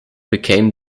became